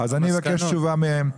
אני מבקש מהם תשובה.